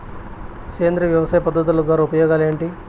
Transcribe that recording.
సేంద్రియ వ్యవసాయ పద్ధతుల ద్వారా ఉపయోగాలు ఏంటి?